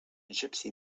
gypsy